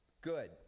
Good